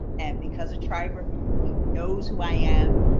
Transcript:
and because of triberr he knows who i am.